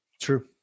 True